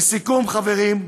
לסיכום, חברים,